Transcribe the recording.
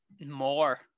More